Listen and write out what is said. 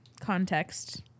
Context